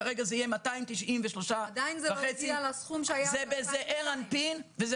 כרגע זה יהיה 293.5. זה בזעיר אנפין וזה